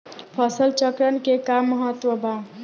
फसल चक्रण क का महत्त्व बा?